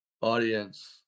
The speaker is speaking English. audience